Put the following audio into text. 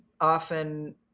often